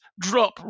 drop